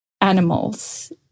animals